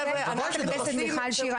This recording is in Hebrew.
חברת הכנסת מיכל שיר,